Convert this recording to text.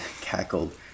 cackled